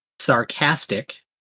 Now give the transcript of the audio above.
Sarcastic